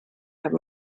have